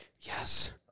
Yes